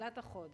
תחילת החודש.